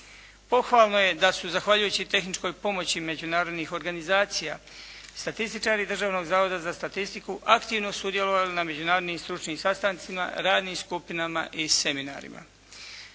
Pohvalno je da su zahvaljujući tehničkoj pomoći međunarodnih organizacija statističari Državnog zavoda za statistiku aktivno sudjelovali na međunarodnim stručnim sastancima, radnim skupinama i seminarima.